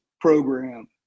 program